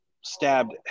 stabbed